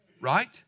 Right